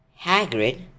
Hagrid